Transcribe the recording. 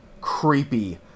creepy